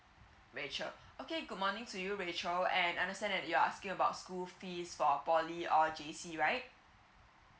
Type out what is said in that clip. rachel okay good morning to you rachel and understand that you're asking about school fees for poly or J_C right